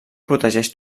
protegeix